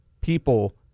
people